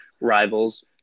rivals